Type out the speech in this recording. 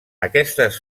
aquestes